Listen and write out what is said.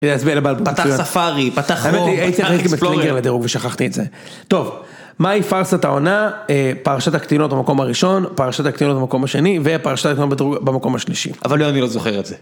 פתח ספארי, פתח חמור, פתח אקספלוריה. ושכחתי את זה. טוב, מהי פרסה טעונה, פרשת הקטינות במקום הראשון, פרשת הקטינות במקום השני, ופרשת הקטינות במקום השלישי. אבל אני לא זוכר את זה.